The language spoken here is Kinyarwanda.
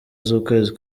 z’ukwezi